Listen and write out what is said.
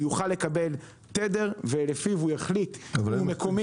הוא יוכל לקבל תדר, ולפיו הוא יחליט אם הוא מקומי.